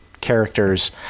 characters